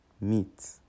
meat